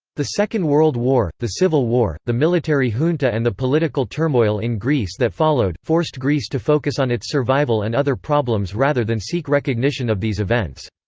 the second world war, the civil war, the military junta and the political turmoil in greece that followed, forced greece to focus on its survival and other problems rather than seek recognition of these events.